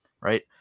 right